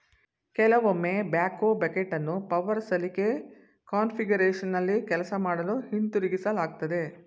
ಕೆಲವೊಮ್ಮೆ ಬ್ಯಾಕ್ಹೋ ಬಕೆಟನ್ನು ಪವರ್ ಸಲಿಕೆ ಕಾನ್ಫಿಗರೇಶನ್ನಲ್ಲಿ ಕೆಲಸ ಮಾಡಲು ಹಿಂತಿರುಗಿಸಲಾಗ್ತದೆ